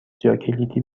جاکلیدی